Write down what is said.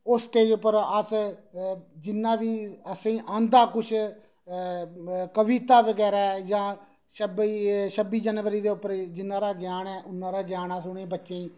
उस स्टेज उप्पर अस जिन्ना बी असेंगी औंदा किश कवितां बगैरा जां छब्बी जनबरी दी उप्पर जिन्ना सारा ज्ञान है इन्ना सारा ज्ञान अस उ'नें बच्चें गी